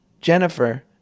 Jennifer